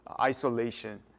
isolation